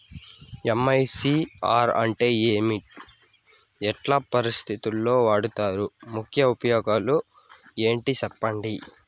MICR అంటే ఏమి? ఎట్లాంటి పరిస్థితుల్లో వాడుతారు? ముఖ్య ఉపయోగం ఏంటి సెప్పండి?